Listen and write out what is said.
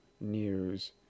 news